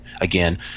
again